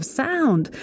sound